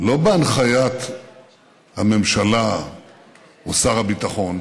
לא בהנחיית הממשלה או שר הביטחון,